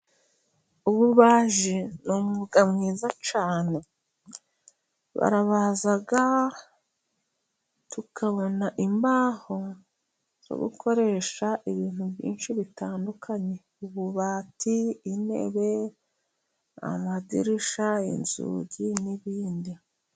Ububaji ni umwuga mwiza cyane, barabaza tukabona imbaho zo gukoresha ibintu byinshi bitandukanye, ububati, intebe, amadirishya, inzugi, n'ibindi.